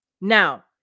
Now